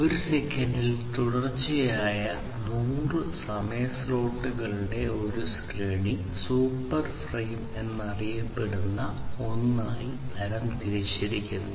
ഒരു സെക്കൻഡിൽ തുടർച്ചയായി 100 സമയ സ്ലോട്ടുകളുടെ ഒരു ശ്രേണി സൂപ്പർ ഫ്രെയിം എന്നറിയപ്പെടുന്ന ഒന്നായി തരംതിരിച്ചിരിക്കുന്നു